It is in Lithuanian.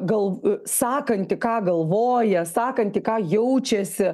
gal sakanti ką galvoja sakanti ką jaučiasi